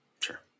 sure